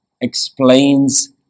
explains